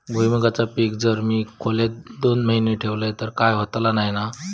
भुईमूगाचा पीक जर मी खोलेत दोन महिने ठेवलंय तर काय होतला नाय ना?